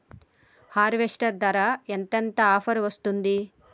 Harvester ధర ఎంత ఎంత ఆఫర్ వస్తుంది?